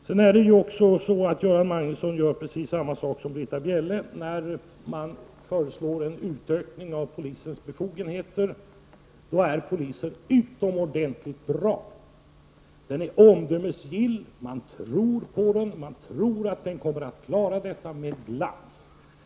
Göran Magnusson för precis samma resonemang som Britta Bjelle. I samband med att man föreslår en utökning av polisens befogenheter säger man att polisen är utomordentligt bra, den är omdömesgill, man tror på den, man tror att den kommer att klara dessa utökade uppgifter med glans.